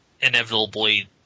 inevitably